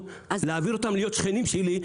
להעביר אותם להיות שכנים שלי,